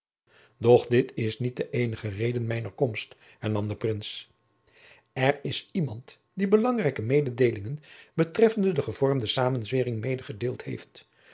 doch dit is niet de eenige reden mijner komst hernam de prins er is iemand die belangrijke mededeelingen betreffende de gevormde samenzweering medegedeeld heeft